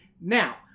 now